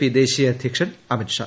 P ദേശീയ അധ്യക്ഷൻ അമിത്ഷാ